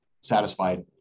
satisfied